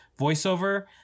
voiceover